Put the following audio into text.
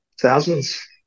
Thousands